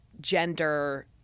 gender